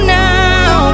now